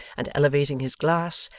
and elevating his glass,